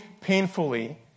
painfully